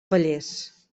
pallers